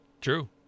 true